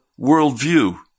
worldview